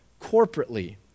corporately